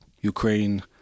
Ukraine